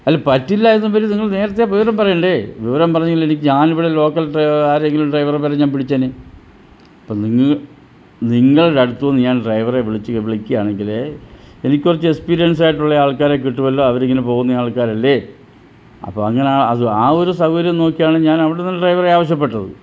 അല്ല പറ്റില്ല എന്നാൽ പിന്നെ നിങ്ങൾ നേരത്തെ വിവരം പറയണ്ടേ വിവരം പറഞ്ഞെങ്കിൽ എനിക്ക് ഞാൻ ഇവിടെ ലോക്കൽ ആരെങ്കിലും ഡ്രൈവറെ വേറെ ഞാൻ പിടിച്ചേനെ അപ്പോൾ നിങ്ങൾടടുത്തൂന്ന് ഞാൻ ഡ്രൈവറെ വിളിച്ച് വിളിക്കാണെങ്കിൽ എനിക്ക് കുറച്ച് എക്സ്പീരിയൻസായിട്ടുള്ള ആൾക്കാരെ കിട്ടുമല്ലോ അവരിങ്ങനെ പോവുന്ന ആൾക്കാരല്ലെ അപ്പോൾ അങ്ങനെ സൗകര്യം ആ ഒരു സൗകര്യം നോക്കിയാണ് ഞാൻ അവിടെന്നൊരു ഡ്രൈവറെ ആവശ്യപ്പെട്ടത്